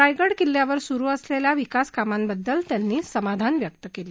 रायगड किल्ल्यावर सुरू असलेल्या विकास कामांबद्दल त्यांनी समाधान व्यक्त केलं